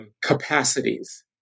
capacities